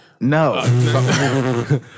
No